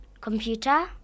computer